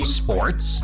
sports